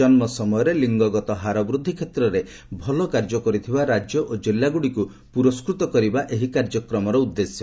ଜନ୍ମ ସମୟରେ ଲିଙ୍ଗଗତ ହାର ବୃଦ୍ଧି କ୍ଷେତ୍ରରେ ଭଲ କାର୍ଯ୍ୟ କରିଥିବା ରାଜ୍ୟ ଓ ଜିଲ୍ଲାଗୁଡ଼ିକୁ ପୁରସ୍କୃତ କରିବା ଏହି କାର୍ଯ୍ୟକ୍ରମର ଉଦ୍ଦେଶ୍ୟ